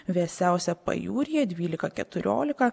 vėsiausia pajūryje dvylika keturiolika